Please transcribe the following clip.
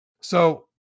So-